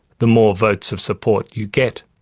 the more votes of support you get.